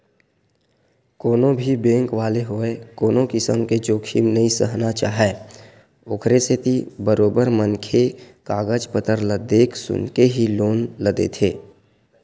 कोनो भी बेंक वाले होवय कोनो किसम के जोखिम नइ सहना चाहय ओखरे सेती बरोबर मनखे के कागज पतर ल देख सुनके ही लोन ल देथे